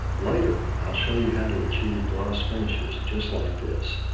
later, i'll show you how to achieve gloss finishes just like this.